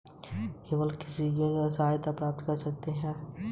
केवल credit union के सदस्य ही ऋण के लिए अर्हता प्राप्त कर सकते हैं